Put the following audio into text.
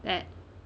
that